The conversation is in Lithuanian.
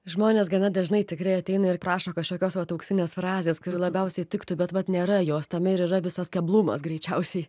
žmonės gana dažnai tikrai ateina ir prašo kažkokios vat auksinės frazės kuri labiausiai tiktų bet vat nėra jos tame ir yra visas keblumas greičiausiai